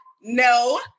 No